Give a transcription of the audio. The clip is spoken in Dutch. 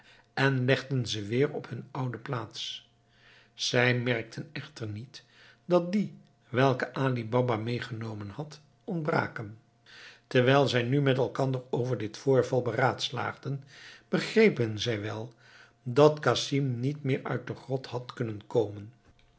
en legden ze weer op hun oude plaats zij merkten echter niet dat die welke ali baba meegenomen had ontbraken terwijl zij nu met elkander over dit voorval beraadslaagden begrepen zij wel dat casim niet meer uit de grot had kunnen komen